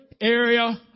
area